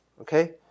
okay